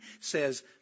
says